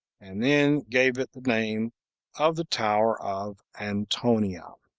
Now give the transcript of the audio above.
and then gave it the name of the tower of antonia.